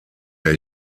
der